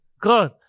God